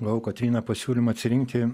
gavau kotryna pasiūlymą atsirinkti